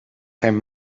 geen